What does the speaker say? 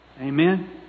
Amen